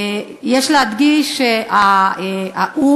יש להדגיש שהאו"ם,